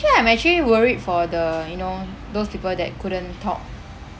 actually I'm actually worried for the you know those people that couldn't talk